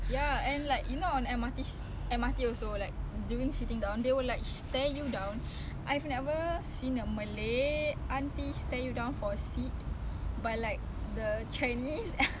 giving you that signal macam giving you that signal macam I want you to stand up and give me that seat this I I deserve this seat you know I'm very tired